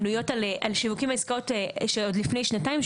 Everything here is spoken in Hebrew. בנויות על שיווקים ועסקאות של עוד לפני שנתיים,